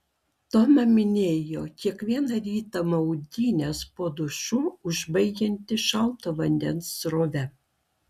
toma minėjo kiekvieną rytą maudynes po dušu užbaigianti šalto vandens srove